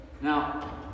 Now